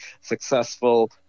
successful